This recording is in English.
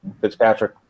Fitzpatrick